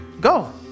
Go